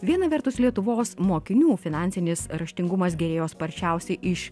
viena vertus lietuvos mokinių finansinis raštingumas gerėjo sparčiausiai iš